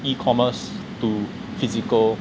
e-commerce to physical